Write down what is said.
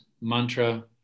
mantra